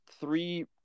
three